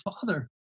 father